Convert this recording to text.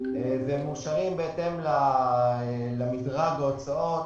והם מאושרים בהתאם למדרג ההוצאות,